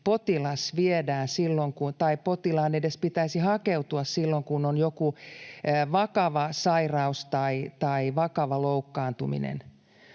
potilaan edes pitäisi hakeutua silloin, kun on joku vakava sairaus tai vakava loukkaantuminen.